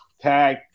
Tag